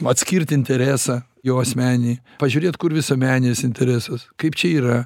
atskirt interesą jo asmeninį pažiūrėt kur visuomeninis interesas kaip čia yra